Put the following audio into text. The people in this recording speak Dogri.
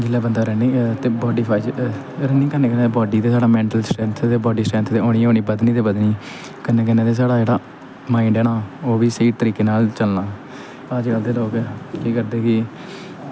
जिसलै बंदा रनिंग ते बॉड्डी फाई रनिंग करने कन्नै बॉड्डी ते साढ़ा मैंटल स्ट्रैंथ ते बाड्डी स्ट्रैंथ ते होनी गै होनी बधनी ते बधनी कन्नै कन्नै साढ़ा जेह्ड़ा माईंड ऐ ना ओह् बी स्हेई तरीके नाल चलना अजें अद्धें लोग केह् करदे कि